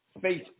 Facebook